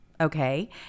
Okay